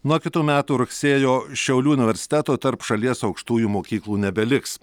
nuo kitų metų rugsėjo šiaulių universiteto tarp šalies aukštųjų mokyklų nebeliks